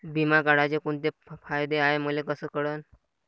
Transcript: बिमा काढाचे कोंते फायदे हाय मले कस कळन?